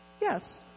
yes